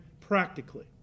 practically